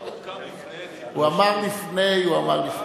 הוקם לפני, הוא אמר לפני, הוא אמר לפני.